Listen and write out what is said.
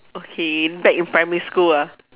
okay back in primary school ah